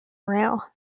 rail